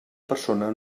persona